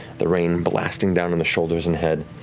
the rain blasting down on the shoulders and head.